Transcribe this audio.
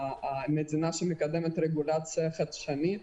המדינה שמקדמת רגולציה חדשנית